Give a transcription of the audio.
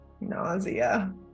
nausea